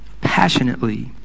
Passionately